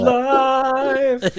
life